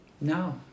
No